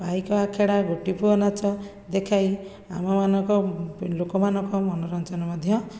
ପାଇକ ଆଖଡ଼ା ଗୋଟିପୁଅ ନାଚ ଦେଖାଇ ଆମମାନଙ୍କ ଲୋକମାନଙ୍କ ମନୋରଞ୍ଜନ ମଧ୍ୟ